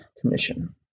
commission